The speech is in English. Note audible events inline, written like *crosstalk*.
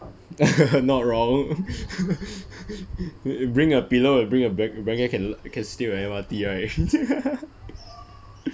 *laughs* not wrong *laughs* bring a pillow and bring a blank~ blanket can can sleep on M_R_T right *laughs*